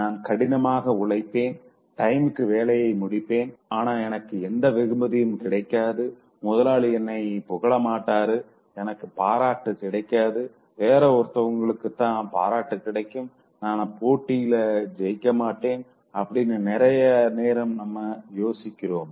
நான் கடினமாக உழைப்பேன் டைமுக்கு வேலைய முடிப்பேன்ஆனா எனக்கு எந்த வெகுமதியும் கிடைக்காது முதலாளி என்ன புகழ மாட்டாரு எனக்கு பாராட்டு கிடைக்காது வேற ஒருத்தவங்களுக்குதா பாராட்டு கிடைக்கும் நான் போட்டியில ஜெயிக்க மாட்டேன் அப்படின்னுதா நிறைய நேரம் நம்ம யோசிக்கிறோம்